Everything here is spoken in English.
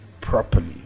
properly